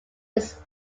his